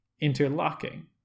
interlocking